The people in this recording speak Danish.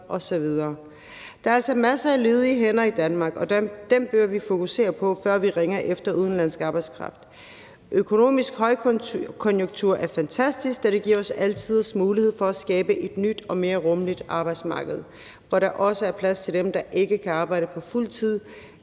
osv. Der er altså masser af ledige hænder i Danmark, og dem bør vi fokusere på, før vi ringer efter udenlandsk arbejdskraft. Økonomisk højkonjunktur er fantastisk, da det giver os alle tiders mulighed for at skabe et nyt og mere rummeligt arbejdsmarked, hvor der også er plads til dem, der ikke kan arbejde på fuld tid